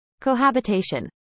Cohabitation